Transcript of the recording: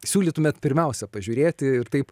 siūlytumėt pirmiausia pažiūrėti ir taip